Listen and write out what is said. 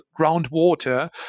groundwater